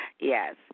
yes